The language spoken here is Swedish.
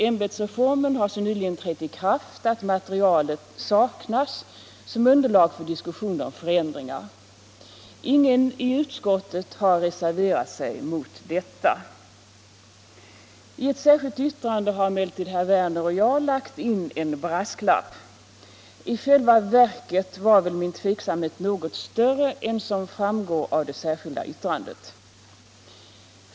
Ämbetsreformen har så nyligen trätt i kraft att material saknas som underlag för diskussion om förändringar. Ingen i utskottet har reserverat sig mot detta. I ett särskilt yttrande har emellertid herr Werner i Malmö och jag lagt in en brasklapp. I själva verket var väl min tveksamhet något större än som framgår av det särskilda yttrandet.